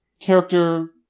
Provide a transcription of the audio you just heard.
character